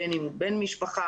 בין אם בן משפחה,